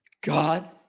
God